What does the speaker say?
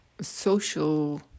social